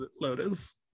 Lotus